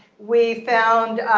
we found